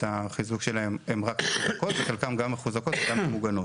החיזוק שלהן הן רק מחוזקות וחלקן גם מחוזקות וגם מוגנות.